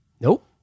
Nope